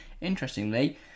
interestingly